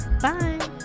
bye